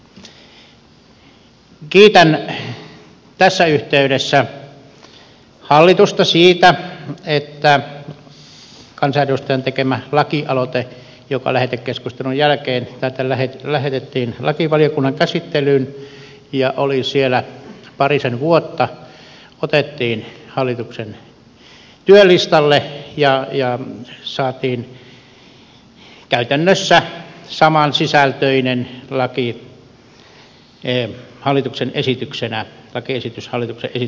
kiitän tässä yhteydessä hallitusta siitä että kansanedustajan tekemä lakialoite joka lähetekeskustelun jälkeen täältä lähetettiin lakivaliokunnan käsittelyyn ja oli siellä parisen vuotta otettiin hallituksen työlistalle ja saatiin käytännössä samansisältöinen lakiesitys hallituksen esityksenä tänne